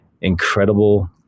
incredible